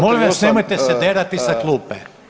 Molim vas nemojte se derati sa klupe.